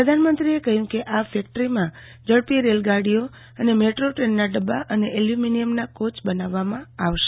પ્રધાનમંત્રીએ કહયું કે આ ફેકટરીમાં ઝડપી રેલગાડીઓ અને મેટ્રો ટ્રેનના ડબ્બા અને એલ્યુમીનિયમના કોચ બનાવવામાં આવશે